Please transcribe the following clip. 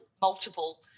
multiple